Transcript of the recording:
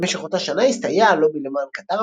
בהמשך אותה שנה הסתייע הלובי למען קטר,